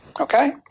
Okay